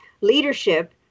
leadership